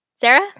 Sarah